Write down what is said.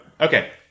Okay